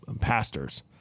pastors